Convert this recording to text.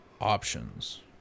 options